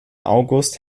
august